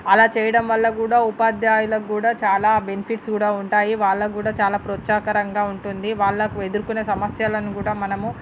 అలా చేయడం వల్ల కూడా ఉపాధ్యాయులకు కూడా చాలా బెనిఫిట్స్ కూడా ఉంటాయి వాళ్ళకి కూడా చాలా ప్రోత్సాహకరంగా ఉంటుంది వాళ్ళకు ఎదుర్కొనే సమస్యలను కూడా మనము